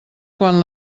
quan